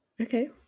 okay